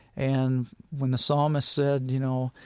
and when the psalmist said, you know,